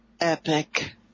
epic